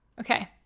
Okay